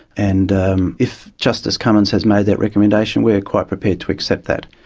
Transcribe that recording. and if justice cummins has made that recommendation we are quite prepared to accept that.